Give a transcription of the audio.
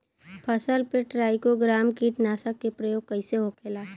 फसल पे trichogramma कीटनाशक के प्रयोग कइसे होखेला?